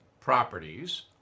properties